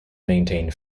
maintained